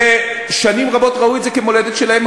ושנים רבות ראו את זה כמולדת שלהם,